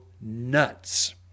nuts